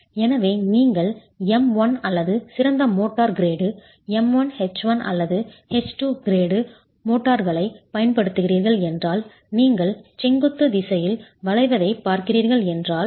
எனவே நீங்கள் M1 அல்லது சிறந்த மோர்டார் கிரேடு M1 H 1 அல்லது H 2 கிரேடு மோர்டார்களைப் பயன்படுத்துகிறீர்கள் என்றால் நீங்கள் செங்குத்து திசையில் வளைவதைப் பார்க்கிறீர்கள் என்றால்